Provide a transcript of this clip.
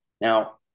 Now